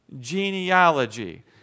genealogy